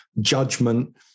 judgment